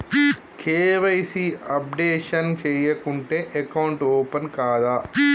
KYC updation చేయకుంటే account open కాదా?